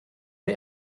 der